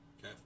Okay